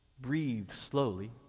breathe slowly,